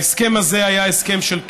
ההסכם הזה היה הסכם של כניעה,